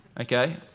Okay